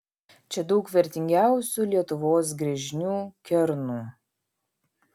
čia daug vertingiausių lietuvos gręžinių kernų